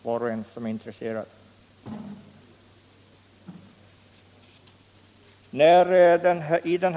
Var och en som är intresserad kan läsa dem.